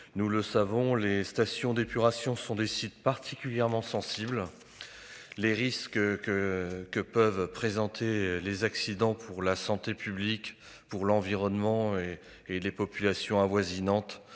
Nous le savons, les stations d'épuration sont des sites particulièrement sensibles. Les risques que que peuvent présenter les accidents pour la santé publique pour l'environnement et et les populations avoisinantes